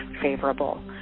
favorable